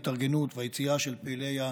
ההתארגנות והיציאה של פעילי הטרור.